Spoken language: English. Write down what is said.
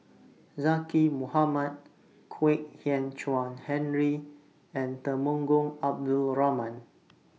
Zaqy Mohamad Kwek Hian Chuan Henry and Temenggong Abdul Rahman